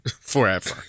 forever